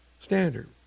standard